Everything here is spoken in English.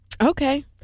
Okay